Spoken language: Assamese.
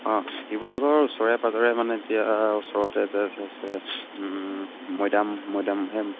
অঁ শিৱসাগৰৰ ওচৰে পাঁজৰে মানে এতিয়া ওচৰতে যে আছে মৈদাম মৈদাম হে